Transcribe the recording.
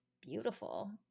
beautiful